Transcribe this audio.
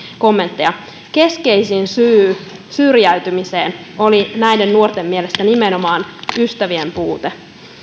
kommentteja keskeisin syy syrjäytymiseen oli näiden nuorten mielestä nimenomaan ystävien puute